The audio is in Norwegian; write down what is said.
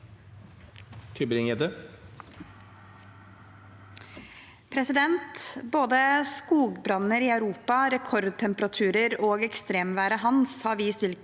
Både skogbranner i Europa, rekordtemperaturer og ekstremværet Hans har vist hvilke